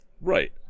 Right